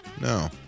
No